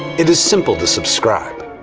it is simple to subscribe,